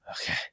Okay